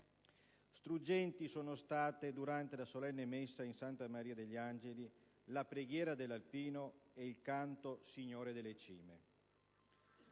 Struggenti sono state, durante la solenne messa in Santa Maria degli Angeli, la «Preghiera dell'alpino» ed il canto «Signore delle cime».